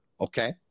okay